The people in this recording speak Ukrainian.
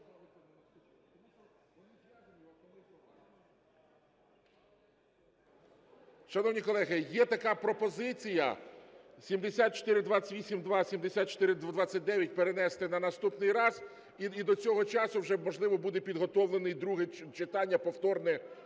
Шановні колеги, є така пропозиція 7428-2, 7429 перенести на наступний раз. І до цього часу вже, можливо, буде підготовлене друге читання повторне